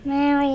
Mary